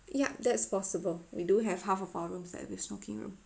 yup that's possible we do have half of our rooms that with smoking room